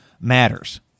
matters